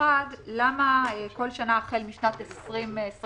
דבר ראשון, למה בכל שנה החל משנת 2023?